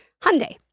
Hyundai